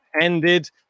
ended